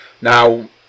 Now